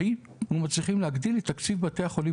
הינו מצליחים להגדיל את תקציב בתי החולים